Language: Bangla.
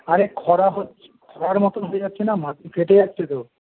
আরে খরা হচ্ছে খর মতন হয়ে যাচ্ছে না মাটি ফেটে যাচ্ছে তো